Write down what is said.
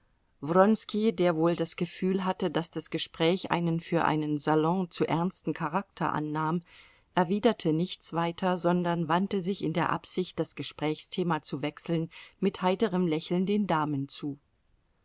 der wohl das gefühl hatte daß das gespräch einen für einen salon zu ernsten charakter annahm erwiderte nichts weiter sondern wandte sich in der absicht das gesprächsthema zu wechseln mit heiterem lächeln den damen zu